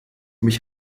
mich